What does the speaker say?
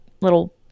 little